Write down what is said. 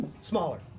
Smaller